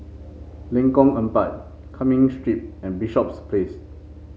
Lengkong Empat Cumming Street and Bishops Place